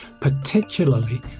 particularly